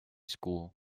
school